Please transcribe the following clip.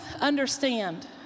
understand